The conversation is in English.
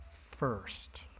first